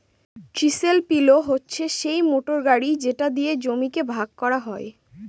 chisel পিলও হচ্ছে সিই মোটর গাড়ি যেটা দিয়ে জমিকে ভাগ করা হয়